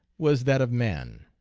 was that of man.